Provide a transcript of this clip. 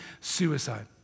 suicide